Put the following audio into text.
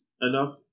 enough